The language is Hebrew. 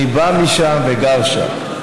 אני בא משם וגר שם.